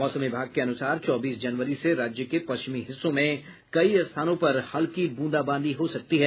मौसम विभाग के अनुसार चौबीस जनवरी से राज्य के पश्चिमी हिस्सों में कई स्थानों पर हल्की ब्रंदाबांदी हो सकती है